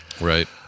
Right